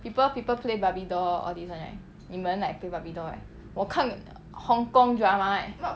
people people play barbie doll all these [one] right 你们 like play barbie doll right 我看 hong kong drama eh